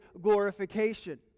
glorification